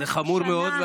זה חמור מאוד,